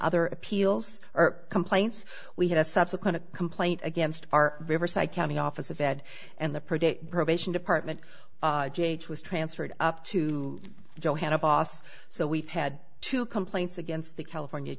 other appeals or complaints we had a subsequent a complaint against our riverside county office of ed and the predict probation department was transferred up to johannes oss so we've had two complaints against the california